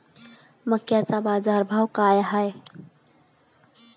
मक्याचा बाजारभाव काय हाय?